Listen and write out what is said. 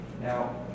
now